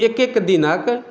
एक एक दिनक